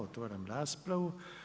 Otvaram raspravu.